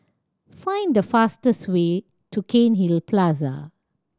find the fastest way to Cairnhill Plaza